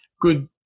good